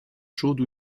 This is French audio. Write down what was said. chaude